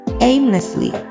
aimlessly